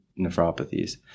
nephropathies